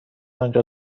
آنجا